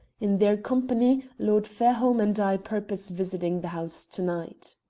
in their company lord fairholme and i purpose visiting the house to-night.